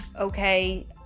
okay